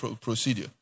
procedure